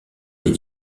des